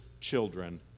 children